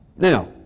Now